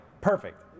perfect